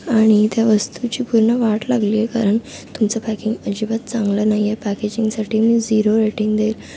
आणि त्या वस्तूची पूर्ण वाट लागली आहे कारण तुमचं पॅकिंग अजिबात चांगलं नाही आहे पॅकेजिंगसाठी मी झिरो रेटिंग देईल